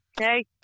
okay